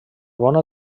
bona